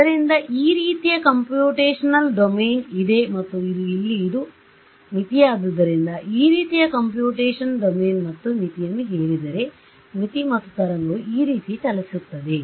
ಆದ್ದರಿಂದ ಈ ರೀತಿಯ ಕಂಪ್ಯೂಟೇಶನಲ್ ಡೊಮೇನ್ಇದೆ ಮತ್ತು ಇದು ಇಲ್ಲಿ ಇದು ಮಿತಿಯಾದ್ದುದರಿಂದ ಈ ರೀತಿಯ ಕಂಪ್ಯೂಟೇಶನಲ್ ಡೊಮೇನ್ ಮತ್ತು ಮಿತಿಯನ್ನು ಹೇರಿದರೆ ಮಿತಿ ಮತ್ತು ತರಂಗವು ಈ ರೀತಿ ಚಲಿಸುತ್ತದೆ